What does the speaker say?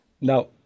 Now